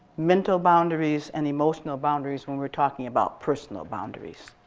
mental boundaries, and emotional boundaries when we're talking about personal boundaries,